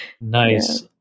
Nice